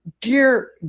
Dear